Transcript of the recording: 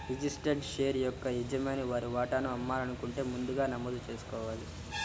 registered share యొక్క యజమాని వారి వాటాను అమ్మాలనుకుంటే ముందుగా నమోదు చేసుకోవాలి